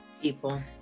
people